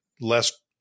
less